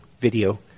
video